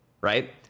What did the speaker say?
right